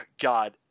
God